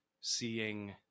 seeing